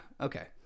okay